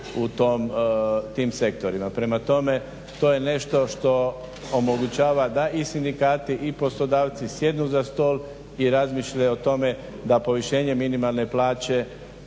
u tim sektorima. Prema tome, to je nešto što omogućava da i sindikati i poslodavci sjednu za stol i razmišljaju o tome da povišenje minimalne plaće